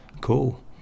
Cool